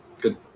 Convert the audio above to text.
Good